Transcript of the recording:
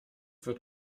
wird